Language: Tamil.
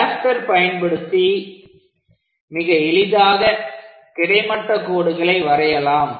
ட்ராப்ட்டர் பயன்படுத்தி மிக எளிதாக கிடைமட்ட கோடுகளை வரையலாம்